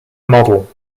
model